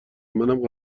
منم